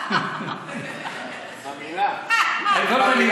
במילה, במילה.